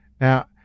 Now